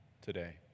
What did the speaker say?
today